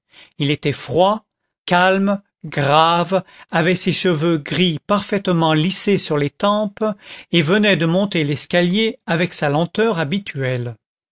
il était froid calme grave avait ses cheveux gris parfaitement lissés sur les tempes et venait de monter l'escalier avec sa lenteur habituelle